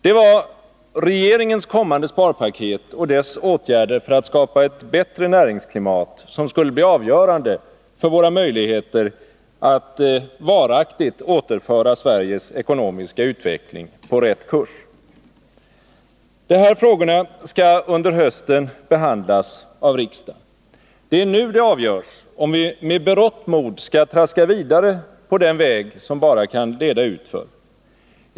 Det var regeringens kommande sparpaket och dess åtgärder för att skapa ett bättre näringsklimat som skulle bli avgörande för våra möjligheter att varaktigt återföra Sveriges ekonomiska utveckling på rätt kurs. Dessa frågor skall under hösten behandlas av riksdagen. Det är nu det avgörs, om vi med berått mod skall traska vidare på den väg som bara kan leda utför.